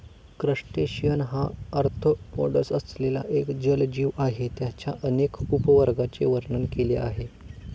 crustacean हा arthropods असलेला एक जलजीव आहे ज्याच्या अनेक उपवर्गांचे वर्णन केले आहे